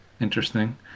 Interesting